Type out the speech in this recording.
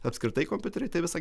apskritai kompiuteriai tai visą